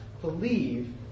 believe